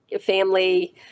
family